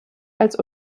als